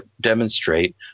demonstrate